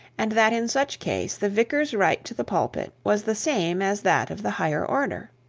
and that in such case the vicar's right to the pulpit was the same as that of the higher order.